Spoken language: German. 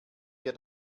wir